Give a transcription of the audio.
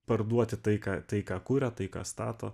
parduoti tai ką tai ką kuria tai ką stato